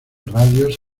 radios